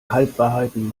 halbwahrheiten